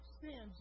sin